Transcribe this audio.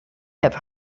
have